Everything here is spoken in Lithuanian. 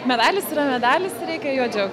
medalis yra medalis ir reikia juo džiaugtis